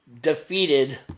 defeated